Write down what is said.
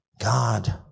God